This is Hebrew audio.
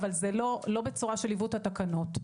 אבל לא בצורה של עיוות התקנות.